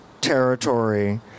territory